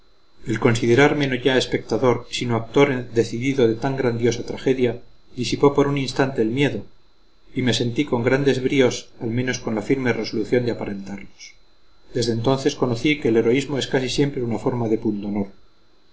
el considerarme no ya espectador sino actor decidido en tan grandiosa tragedia disipó por un instante el miedo y me sentí con grandes bríos al menos con la firme resolución de aparentarlos desde entonces conocí que el heroísmo es casi siempre una forma del